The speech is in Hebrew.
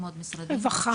משרד הרווחה.